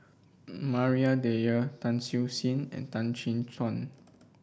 Maria Dyer Tan Siew Sin and Tan Chin Tuan